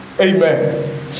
Amen